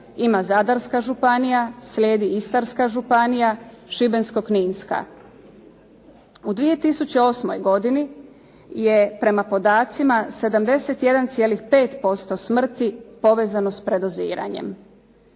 ima Zadarska županija, slijedi Istarska županija, Šibensko-kninska. U 2008. godini je prema podacima 71,5% smrti povezano s predoziranjem.